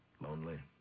lonely